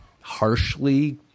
harshly –